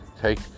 Take